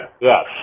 yes